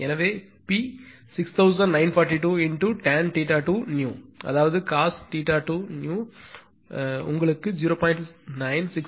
எனவே P 6942×tan 2new அதாவது cos 2new உங்களுக்கு 0